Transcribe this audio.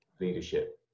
leadership